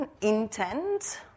intent